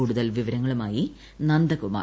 കൂടുതൽ വിവരങ്ങളുമായി നന്ദകുമാർ